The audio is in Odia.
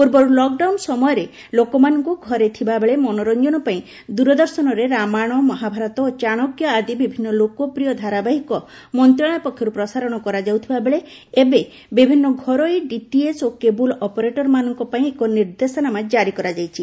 ପୂର୍ବରୁ ଲକ୍ଡାଉନ୍ ସମୟରେ ଲୋକମାନଙ୍କୁ ଘରେ ଥିବାବେଳେ ମନୋରଞ୍ଞନ ପାଇଁ ଦୂରଦର୍ଶନରେ ରାମାୟ ମହାଭାରତ ଓ ଚାଶକ୍ୟ ଆଦି ବିଭିନ୍ନ ଲୋକପ୍ରିୟ ଧାରାବାହିକ ମନ୍ତଶାଳୟ ପକ୍ଷରୁ ପ୍ରସାରଣ କରାଯାଉଥିବାବେଳେ ଏବେ ବିଭିନ୍ନ ଘରୋଇ ଡିଟିଏଚ୍ ଓ କେବୁଲ୍ ଅପରେଟର୍ମାନଙ୍ଙ ପାଇଁ ଏକ ନିର୍ଦ୍ଦେଶନାମା କାରି କରାଯାଇଛି